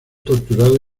torturado